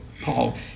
Paul